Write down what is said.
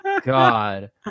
God